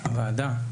הוועדה,